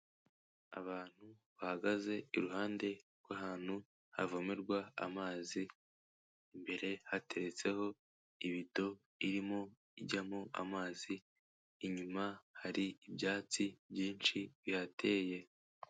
Abantu bahagaze iruhande rw'ahantu havomerwa amazi, imbere hateretseho ibido irimo ijyamo amazi, inyuma hari ibyatsi byinshi bihateye.